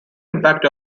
impact